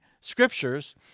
Scriptures